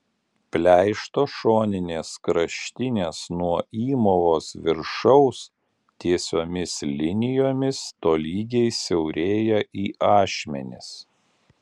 pleišto šoninės kraštinės nuo įmovos viršaus tiesiomis linijomis tolygiai siaurėja į ašmenis